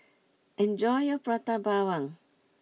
enjoy your Prata Bawang